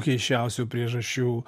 keisčiausių priežasčių